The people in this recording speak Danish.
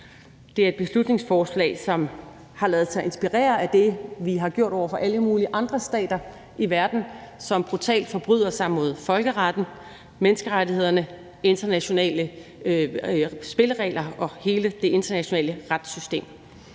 Det er et beslutningsforslag, som har ladet sig inspirere af det, vi har gjort over for alle mulige andre stater i verden, som brutalt forbryder sig mod folkeretten, menneskerettighederne, de internationale spilleregler og hele det internationale retssystem.